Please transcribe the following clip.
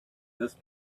this